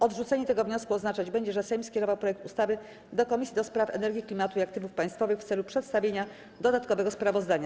Odrzucenie tego wniosku oznaczać będzie, że Sejm skierował projekt ustawy do Komisji do Spraw Energii, Klimatu i Aktywów Państwowych w celu przedstawienia dodatkowego sprawozdania.